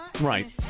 Right